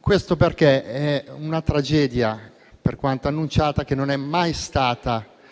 Questo perché è una tragedia che, per quanto annunciata, non è mai stata